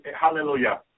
Hallelujah